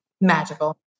Magical